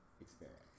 experience